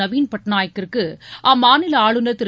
நவீன் பட்நாயக்கிற்கு அம்மாநில ஆளுநர் திரு